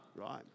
right